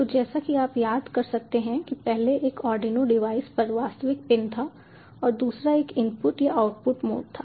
तो जैसा कि आप याद कर सकते हैं कि पहले एक आर्डिनो डिवाइस पर वास्तविक पिन था और दूसरा एक इनपुट या आउटपुट मोड था